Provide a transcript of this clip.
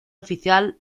oficial